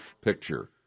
picture